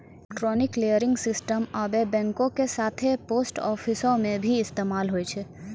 electronic clearing system आबे बैंको के साथे पोस्ट आफिसो मे भी इस्तेमाल होय छै